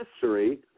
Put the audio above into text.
history